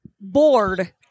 Bored